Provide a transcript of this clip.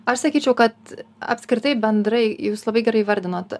aš sakyčiau kad apskritai bendrai jūs labai gerai įvardinot